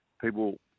People